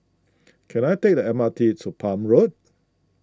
can I take the M R T to Palm Road